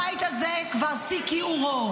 הבית הזה כבר בשיא כיעורו.